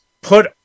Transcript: put